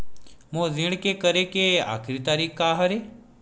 मोर ऋण के करे के आखिरी तारीक का हरे?